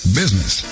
business